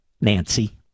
Nancy